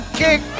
kick